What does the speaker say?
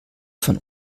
von